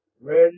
ready